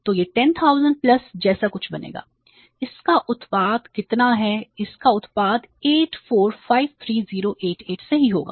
तो यह 10000 प्लस जैसा कुछ बनेगा इस का उत्पाद कितना है इस का उत्पाद 8453088 सही होगा